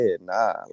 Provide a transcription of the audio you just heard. nah